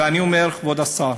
אני אומר, כבוד השר,